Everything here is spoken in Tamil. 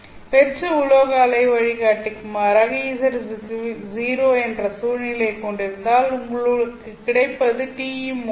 வெற்று உலோக அலை வழிகாட்டிக்கு மாறாக Ez0 என்ற சூழ்நிலையை கொண்டிருந்தால் உங்களுக்கு கிடைப்பது TE மோட்கள்